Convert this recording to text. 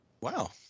Wow